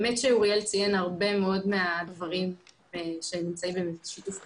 אוריאל ציין הרבה מאוד מהדברים שנמצאים בשיתוף פעולה,